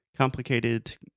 Complicated